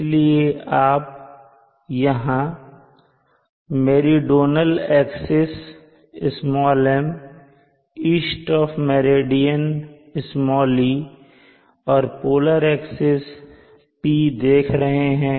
इसलिए आप यहां meridional axis "m" east of meridian "e" और पोलर एक्सिस P देख रहे हैं